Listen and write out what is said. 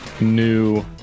new